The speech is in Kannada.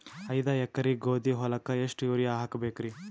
ಐದ ಎಕರಿ ಗೋಧಿ ಹೊಲಕ್ಕ ಎಷ್ಟ ಯೂರಿಯಹಾಕಬೆಕ್ರಿ?